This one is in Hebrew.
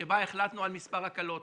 שבה החלטנו על מספר הקלות,